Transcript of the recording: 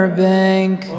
bank